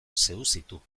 seduzitu